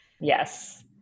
Yes